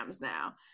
now